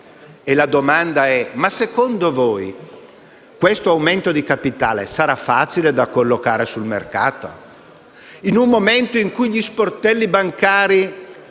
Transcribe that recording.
la domanda è la seguente: secondo voi, questo aumento di capitale sarà facile da collocare sul mercato in un momento in cui gli sportelli bancari